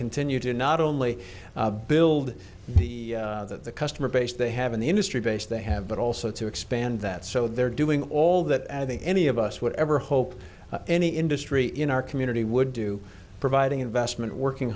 continue to not only build the the customer base they have in the industry base they have but also to expand that so they're doing all that any of us would ever hope any industry in our community would do providing investment working